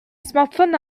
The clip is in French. smartphone